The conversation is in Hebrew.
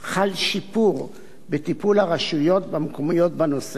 חל שיפור בטיפול הרשויות המקומיות בנושא,